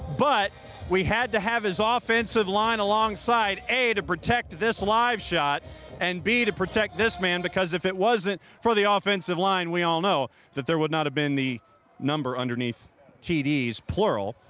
but we had to have his ah offensive line alongside, a to protect this live shot and, b, to protect this man because if it wasn't for the ah offensive line, we all know that there would not have been the number underneath tds, plural.